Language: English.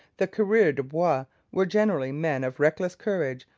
the coureurs de bois were generally men of reckless courage,